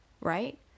right